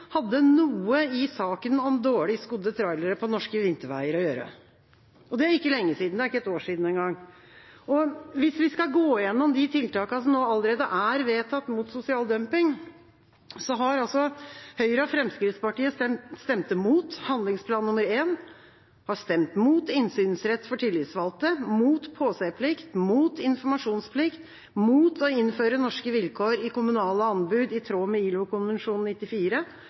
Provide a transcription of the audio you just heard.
hadde noe å gjøre i saken om dårlig skodde trailere på norske vinterveier. Det er ikke lenge siden, det er ikke et år siden engang. Hvis vi skal gå gjennom de tiltakene som allerede er vedtatt mot sosial dumping, har altså Høyre og Fremskrittspartiet stemt mot handlingsplan nr. 1, de har stemt mot innsynsrett for tillitsvalgte, mot påseplikt, mot informasjonsplikt, mot å innføre norske vilkår i kommunale anbud i tråd med ILO-konvensjon nr. 94,